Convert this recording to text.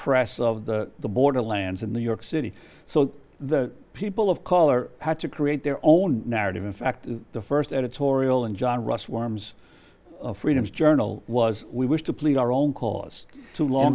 press of the borderlands in new york city so the people of color had to create their own narrative in fact the first editorial in john russell arms freedoms journal was we wish to plead our own cause too long